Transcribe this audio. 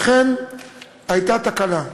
אכן הייתה תקלה,